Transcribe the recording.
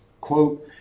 quote